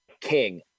King